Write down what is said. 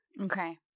Okay